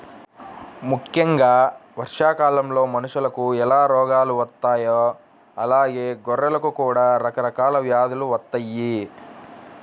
ముక్కెంగా వర్షాకాలంలో మనుషులకు ఎలా రోగాలు వత్తాయో అలానే గొర్రెలకు కూడా రకరకాల వ్యాధులు వత్తయ్యి